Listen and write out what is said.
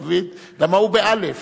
כי הוא באל"ף.